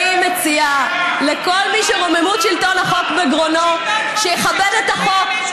אני מציעה לכל מי שרוממות שלטון החוק בגרונו שיכבד את החוק,